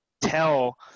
tell